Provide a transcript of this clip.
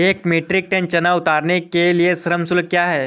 एक metric ton चना उतारने के लिए श्रम शुल्क क्या है?